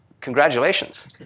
congratulations